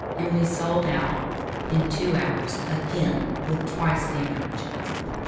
and we sold out in two hours again with twice the amount of chicken salad.